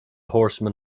horseman